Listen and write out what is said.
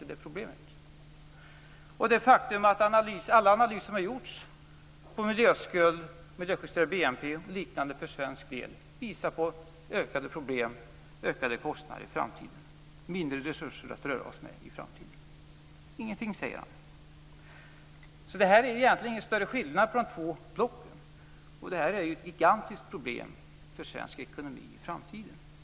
Han säger ingenting om det faktum att alla analyser som gjorts av miljöskuld, miljöjusterad BNP och liknande för svensk del visar på ökade problem och ökade kostnader i framtiden, att vi i framtiden kommer att ha mindre att röra oss med. I det här sammanhanget är det alltså ingen större skillnad mellan de två blocken, och det är ju ett gigantiskt problem för svensk ekonomi i framtiden.